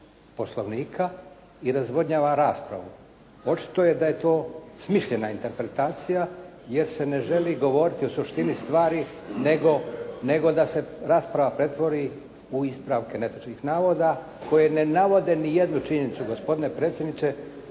Poslovnika i razvodnjava raspravu. Očito je da je to smišljena interpretacija, jer se ne želi govoriti o suštini stvari, nego da se naspava pretvori u ispravke netočnih navoda koji ne navode nijednu činjenicu, gospodine potpredsjedniče,